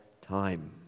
time